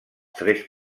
tres